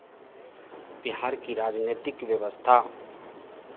बिहार की राजनैतिक व्यवस्था